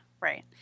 right